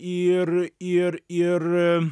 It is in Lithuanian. ir ir ir